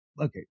Okay